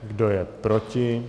Kdo je proti?